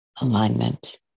Alignment